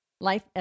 Life